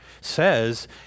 says